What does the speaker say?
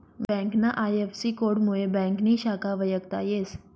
ब्यांकना आय.एफ.सी.कोडमुये ब्यांकनी शाखा वयखता येस